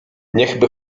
niechby